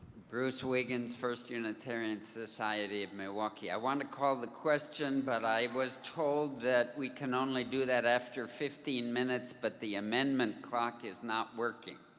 bruce wiggins, first unitarian society of milwaukee. i wanted to call the question, but i was told that we can only do that after fifteen minutes, but the amendment clock is not working.